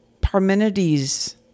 Parmenides